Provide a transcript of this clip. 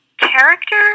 character